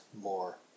more